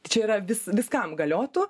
čia yra vis viskam galiotų